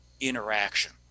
interaction